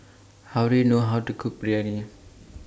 How Do YOU know How to Cook Biryani